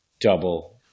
double –